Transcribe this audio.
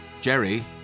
Jerry